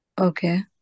Okay